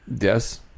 yes